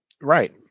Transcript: Right